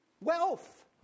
Wealth